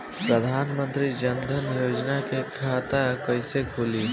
प्रधान मंत्री जनधन योजना के खाता कैसे खुली?